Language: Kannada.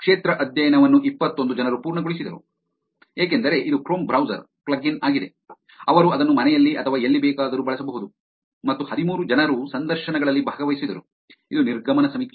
ಕ್ಷೇತ್ರ ಅಧ್ಯಯನವನ್ನು ಇಪ್ಪತ್ತೊಂದು ಜನರು ಪೂರ್ಣಗೊಳಿಸಿದರು ಏಕೆಂದರೆ ಇದು ಕ್ರೋಮ್ ಬ್ರೌಸರ್ ಪ್ಲಗ್ ಇನ್ ಆಗಿದೆ ಅವರು ಅದನ್ನು ಮನೆಯಲ್ಲಿ ಅಥವಾ ಎಲ್ಲಿ ಬೇಕಾದರೂ ಬಳಸಬಹುದು ಮತ್ತು ಹದಿಮೂರು ಜನರು ಸಂದರ್ಶನಗಳಲ್ಲಿ ಭಾಗವಹಿಸಿದರು ಇದು ನಿರ್ಗಮನ ಸಮೀಕ್ಷೆಯಾಗಿದೆ